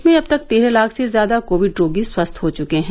देश में अब तक तेरह लाख से ज्यादा कोविड रोगी स्वस्थ हो चुके हैं